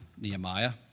Nehemiah